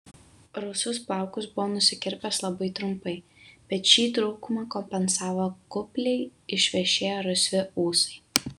rusvus plaukus buvo nusikirpęs labai trumpai bet šį trūkumą kompensavo kupliai išvešėję rusvi ūsai